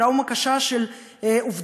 טראומה קשה של אובדן,